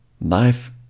life